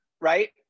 right